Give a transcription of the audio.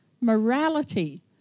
morality